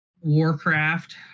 Warcraft